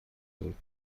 بود